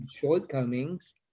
shortcomings